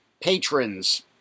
patrons